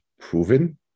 proven